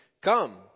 come